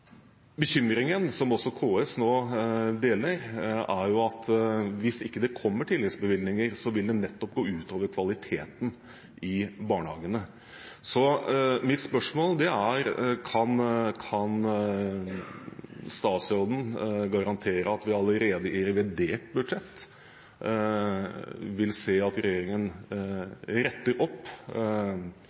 også KS nå deler, er at hvis det ikke kommer tilleggsbevilgninger, vil det nettopp gå ut over kvaliteten i barnehagene. Mitt spørsmål er: Kan statsråden garantere at vi allerede i revidert budsjett vil se at regjeringen retter opp,